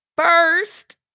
first